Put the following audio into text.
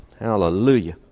Hallelujah